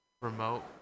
remote